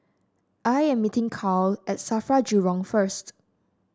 I am meeting Karl at Safra Jurong first